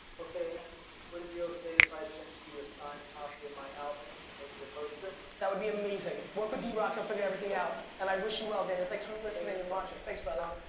okay and would it be okay if i send you a signed copy of my album and maybe a poster. that would be amazing work with drock he'll figure everything out and i wish you well daniel. thanks for listening and watching. thanks brother.